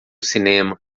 cinema